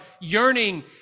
yearning